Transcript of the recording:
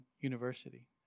university